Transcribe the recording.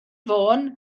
fôn